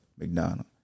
McDonald